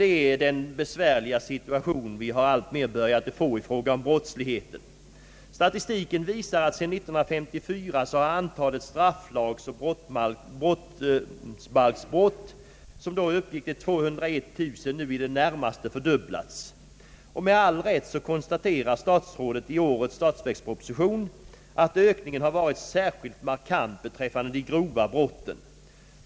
Det gäller här den besvärliga situation vi har råkat i ifråga om brottsligheten. Statistiken visar att antalet strafflagsoch brottsbalksbrott, som 1954 uppgick till 201 000 nu i det närmaste fördubblats. Med all rätt konstaterar statsrådet i årets statsverksproposition, att ökningen varit särskilt markant beträffande de grova brotten.